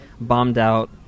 bombed-out